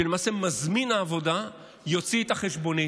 למעשה מזמין העבודה יוציא את החשבונית.